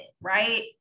right